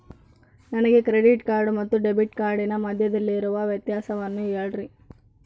ನನಗೆ credit card ಮತ್ತು debit ಕಾರ್ಡಿನ ಮಧ್ಯದಲ್ಲಿರುವ ವ್ಯತ್ಯಾಸವನ್ನು ಹೇಳ್ರಿ?